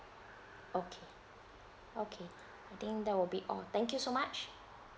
okay okay I think that will be all thank you so much